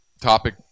topic